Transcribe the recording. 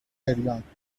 گریانممکنه